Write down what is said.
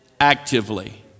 actively